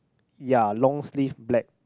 ya long sleeve black